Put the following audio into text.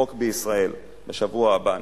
כחוק בישראל בשבוע הבא,